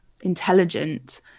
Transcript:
intelligent